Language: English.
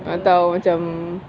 atau macam